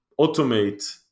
automate